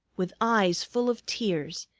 with eyes full of tears,